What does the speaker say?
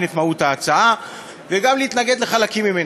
את מהות ההצעה וגם להתנגד לחלקים ממנה.